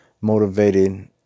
motivated